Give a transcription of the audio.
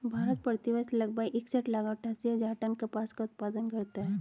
भारत, प्रति वर्ष लगभग इकसठ लाख अट्टठासी हजार टन कपास का उत्पादन करता है